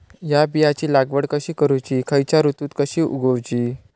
हया बियाची लागवड कशी करूची खैयच्य ऋतुत कशी उगउची?